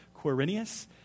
Quirinius